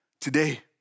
today